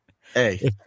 Hey